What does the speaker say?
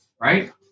right